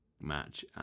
match